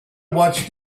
watched